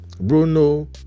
Bruno